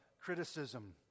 criticism